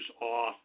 off